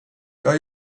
jag